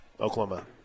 Oklahoma